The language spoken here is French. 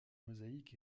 mosaïques